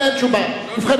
ובכן,